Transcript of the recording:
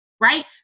right